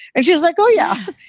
and she's like, oh, yeah. oh,